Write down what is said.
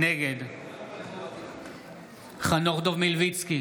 נגד חנוך דב מלביצקי,